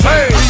Hey